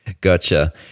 Gotcha